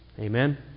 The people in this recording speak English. Amen